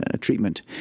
treatment